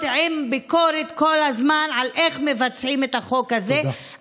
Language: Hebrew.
עם ביקורת כל הזמן על איך מבצעים את החוק הזה.